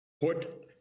put